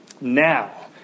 Now